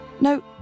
No